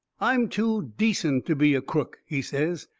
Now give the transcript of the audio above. i'm too decent to be a crook, he says,